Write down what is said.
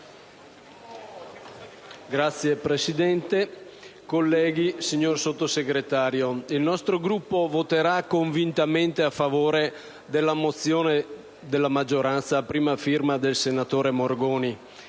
Signor Presidente, colleghi, signor Sottosegretario, il nostro Gruppo voterà convintamente a favore della mozione presentata dalla maggioranza, a prima firma del senatore Morgoni.